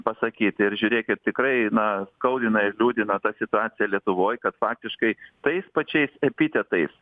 pasakyt ir žiūrėkit tikrai na skaudina ir liūdina ta situacija lietuvoj kad faktiškai tais pačiais epitetais